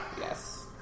Yes